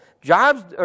Jobs